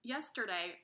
Yesterday